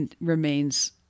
remains